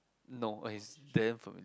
no okay is damn familiar